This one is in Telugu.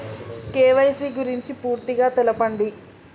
కే.వై.సీ గురించి పూర్తిగా తెలపండి?